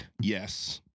Yes